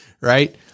Right